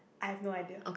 I have no idea